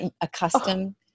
accustomed